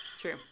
true